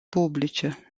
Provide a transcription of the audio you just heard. publice